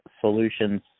solutions